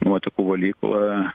nuotekų valykloje